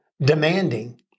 demanding